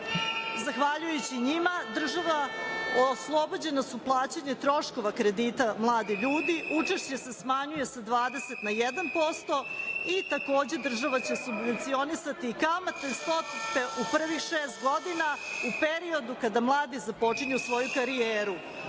zahvaljujući njima, oslobođena su plaćanja troškova kredita mladi ljudi, učešće se smanjuje sa 20% na 1%, i takođe država će subvencionisati kamatne stope u prvih šest godina, u periodu kada mladi započinju svoju karijeru. Ulaganjem